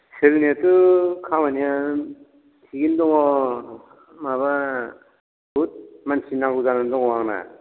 सोलिनायाथ' खामानिया थिगैनो दं माबा बुहुद मानसि नांगौ जानानै दङ आंना